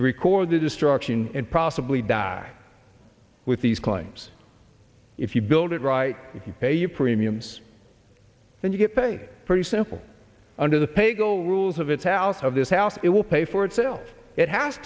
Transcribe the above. to record the destruction and possibly die with these claims if you build it right if you pay your premiums and you get paid for example under the pay go rules of its house of this house it will pay for itself it has